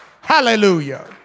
hallelujah